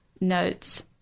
notes